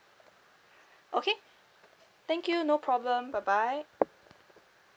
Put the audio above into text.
okay thank you no problem bye bye